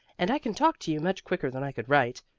and i can talk to you much quicker than i could write.